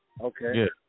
Okay